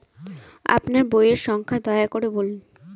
আপনার বইয়ের সংখ্যা দয়া করে বলুন?